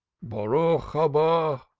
boruch habo!